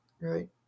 right